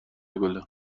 گلم